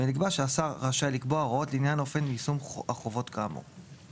ולקבוע שהשר רשאי לקבוע הוראות לעניין אופן יישם החובות כאמור.